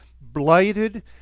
blighted